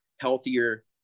healthier